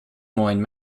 moines